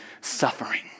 suffering